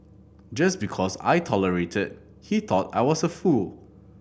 just because I tolerated he thought I was a fool